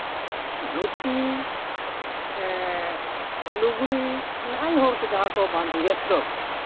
ᱫᱷᱩᱛᱤ ᱥᱮ ᱞᱩᱜᱽᱲᱤᱡ ᱟᱭᱳ ᱦᱚᱲ ᱠᱚ ᱡᱟᱦᱟᱸ ᱠᱚ ᱵᱟᱸᱫᱮ ᱭᱮᱜ ᱫᱚ